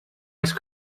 ice